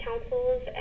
councils